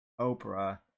Oprah